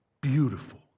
Beautiful